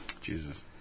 Jesus